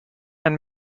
and